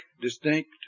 distinct